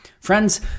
Friends